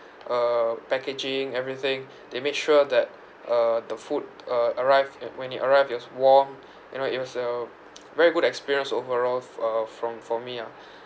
uh packaging everything they made sure that uh the food uh arrived and when it arrived it was warm you know it was a very good experience overall f~ uh from for me ah